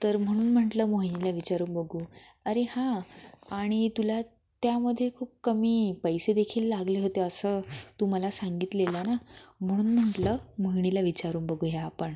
तर म्हणून म्हटलं मोहिनीला विचारून बघू अरे हां आणि तुला त्यामध्ये खूप कमी पैसे देखील लागले होते असं तू मला सांगितलेलं ना म्हणून म्हटलं मोहिनीला विचारून बघू या आपण